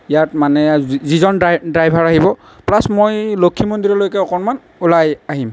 ইয়াত মানে যিজন ড্ৰাইভাৰ আহিব প্লাছ মই লক্ষী মন্দিৰলৈকে অকণমান ওলাই আহিম